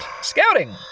Scouting